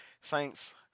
Saints